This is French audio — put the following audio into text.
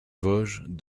vosges